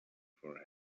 for